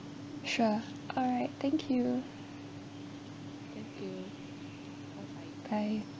sure alright thank you bye